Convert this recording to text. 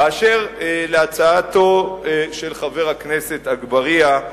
אשר להצעתו של חבר הכנסת אגבאריה,